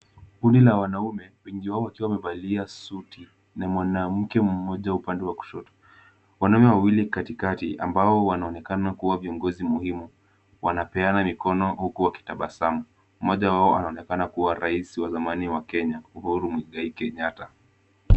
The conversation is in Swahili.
Kundi la wanaume wengi wao wakiwa wamevalia suti na mwanamke mmoja upande wa kushoto. Wanaume wawili katikati ambao wanaonekana kuwa viongozi muhimu wanapeana mikono huku wakitabasamu. Mmoja wao anaonekana kuwa rais wa zamani wa Kenya Uhuru Muigai Kenyatta.